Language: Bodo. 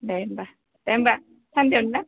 दे होम्बा दे होम्बा सान्देआवनो ना